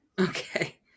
okay